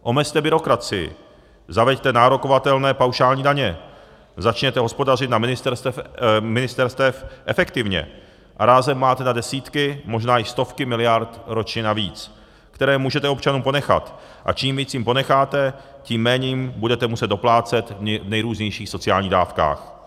Omezte byrokracii, zaveďte nárokovatelné paušální daně, začněte hospodařit na ministerstvech efektivně a rázem máte desítky, možná i stovky miliard ročně navíc, které můžete občanům ponechat, a čím víc jim ponecháte, tím méně jim budete muset doplácet v nejrůznějších sociálních dávkách.